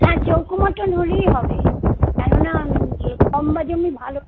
হ্যাঁ চৌকো মতোন হলেই হবে কেননা লম্বা জমি ভালো